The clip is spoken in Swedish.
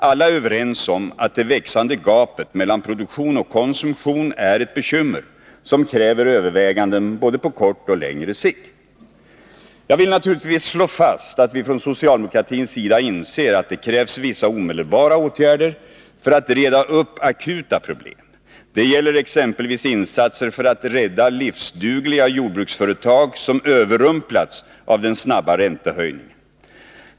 Alla är överens att det växande gapet mellan produktion och konsumtion är ett bekymmer som kräver överväganden på både kort och lång sikt. Jag vill naturligtvis slå fast att vi från socialdemokratins sida inser att det krävs vissa omedelbara åtgärder för att reda upp akuta problem. Det gäller exempelvis insatser för att rädda livsdugliga jordbruksföretag som överrumplats av den snabba räntehöjningen.